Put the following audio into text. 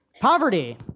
poverty